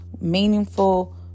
meaningful